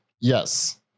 Yes